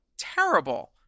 terrible